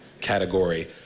category